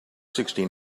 sixty